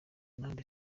nande